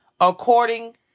according